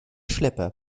schlepper